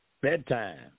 bedtime